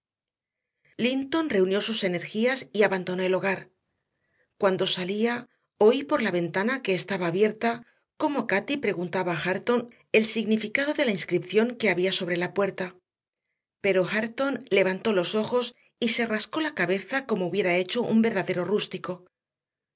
colmenas linton reunió sus energías y abandonó el hogar cuando salía oí por la ventana que estaba abierta cómo cati preguntaba a hareton el significado de la inscripción que había sobre la puerta pero hareton levantó los ojos y se rascó la cabeza como hubiera hecho un verdadero rústico